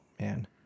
Man